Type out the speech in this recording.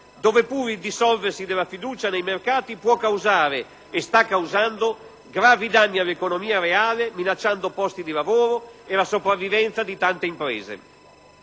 dove pure il dissolversi della fiducia nei mercati può causare, e sta causando, gravi danni all'economia reale, minacciando posti di lavoro e la sopravvivenza di molte imprese.